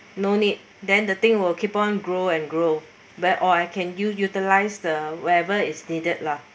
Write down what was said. no need then the thing will keep on grow and grow but or I can ul~utilize the wherever is needed lah